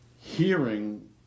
hearing